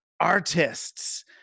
artists